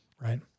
Right